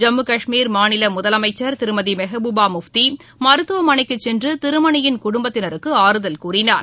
ஜம்மு கஷ்மீர் மாநில முதலமைச்ச் திருமதி மெஹ்பூபா முப்தி மருத்துவமனைக்குச் சென்று திருமணியின் குடும்பத்தினருக்கு ஆறுதல் கூறினார்